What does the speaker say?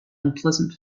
unpleasant